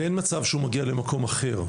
ואין מצב שהוא מגיע למקום אחר,